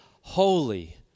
holy